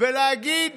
ולהגיד